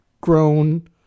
grown